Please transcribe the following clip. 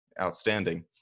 outstanding